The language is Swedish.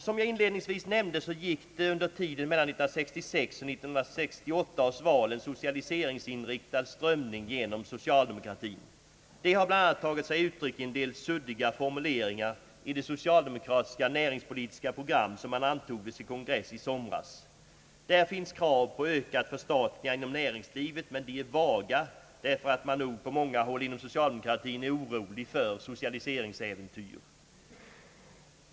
Som jag inledningsvis nämnde gick det under tiden mellan 1966 och 1968 års val en socialiseringsinriktad strömning genom socialdemokratin. Det har bl.a. tagit sig uttryck i en del suddiga formuleringar i det socialdemokratiska näringspolitiska program som man antog vid sin kongress i somras. Där finns krav på ökat förstatligande inom näringslivet, men de är vaga därför att man nog på många håll inom socialdemokratin är orolig för socialiseringsäventyr.